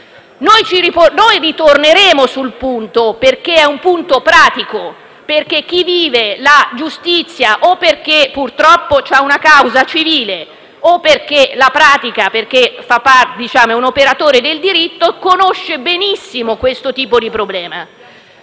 Noi ritorneremo sul punto, perché è un punto pratico: chi vive la giustizia perché purtroppo ha in corso una causa civile, o perché la pratica come operatore del diritto conosce benissimo questo tipo di problema.